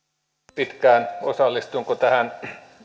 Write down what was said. pitkään osallistunko tähän